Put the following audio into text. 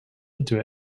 into